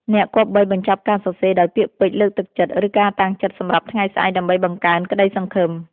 អ្នកគប្បីបញ្ចប់ការសរសេរដោយពាក្យពេចន៍លើកទឹកចិត្ត ឬការតាំងចិត្តសម្រាប់ថ្ងៃស្អែក ដើម្បីបង្កើនក្ដីសង្ឃឹម។